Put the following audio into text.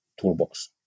toolbox